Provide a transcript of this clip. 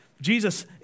Jesus